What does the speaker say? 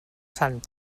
sant